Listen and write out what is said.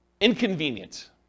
inconvenient